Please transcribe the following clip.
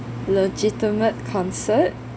legitimate concert